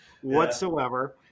whatsoever